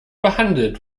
behandelt